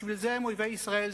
בשביל זה הם אויבי ישראל,